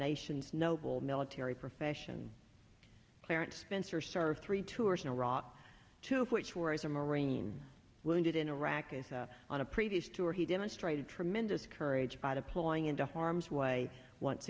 nation's noble military profession clarence spencer served three tours in iraq two of which words are marines wounded in iraq is on a previous tour he demonstrated tremendous courage by deploying into harm's way once